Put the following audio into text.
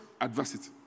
adversity